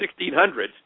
1600s